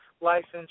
license